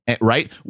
right